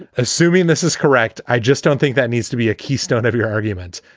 assuming this is correct. i just don't think that needs to be a keystone of your argument.